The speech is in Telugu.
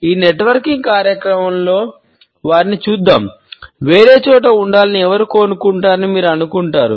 ఈ నెట్వర్కింగ్ కార్యక్రమంలో వారిని చూద్దాం వేరే చోట ఉండాలని ఎవరు కోరుకుంటున్నారని మీరు అనుకుంటున్నారు